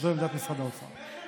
זו עמדת משרד האוצר.